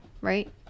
right